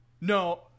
No